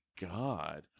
god